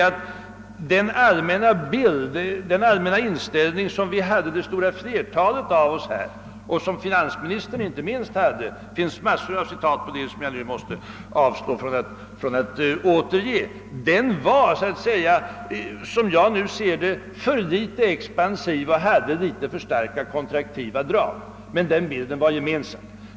Men jag skall gärna säga att den allmänna inställningen, som det stora flertalet av oss här hade och som inte minst finansministern hade — det finns massor av citat som bevis på det, vilka jag dock måste avstå från att återge — var, som jag nu ser det, alltför litet expansiv och hade för starka kontraktiva drag. Men den inställningen var gemensam.